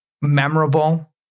memorable